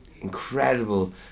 incredible